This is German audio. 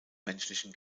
menschlichen